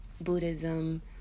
Buddhism